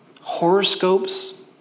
horoscopes